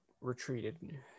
retreated